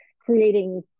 creating